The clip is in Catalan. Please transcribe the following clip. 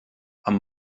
amb